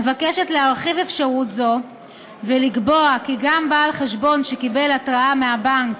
מבקשת להרחיב אפשרות זו ולקבוע כי גם בעל חשבון שקיבל התראה מהבנק